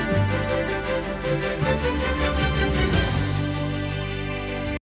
Дякую